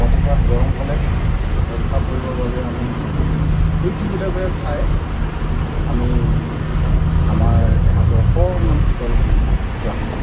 অতিপাত গৰম হ'লে ৰক্ষা পৰিবৰ বাবে আমি এই কেইবিধকে খাই আমি আমাৰ দেহাটো অকণমান শীতল কৰি ৰাখোঁ